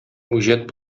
үҗәт